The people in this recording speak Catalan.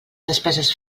despeses